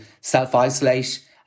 self-isolate